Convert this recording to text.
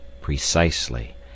Precisely